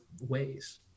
ways